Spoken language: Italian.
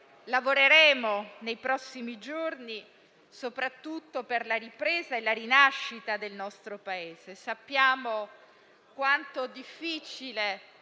e perché nei prossimi giorni lavoreremo soprattutto per la ripresa e la rinascita del nostro Paese. Sappiamo quanto difficili